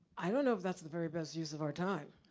i don't know if that's the very best use of our time.